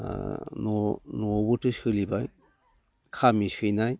न'आवबोथ' सोलिबाय खामि सैनाय